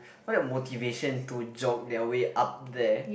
motivation to jog their way up there